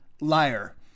liar